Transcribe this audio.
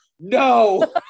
No